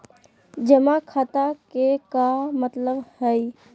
जमा खाता के का मतलब हई?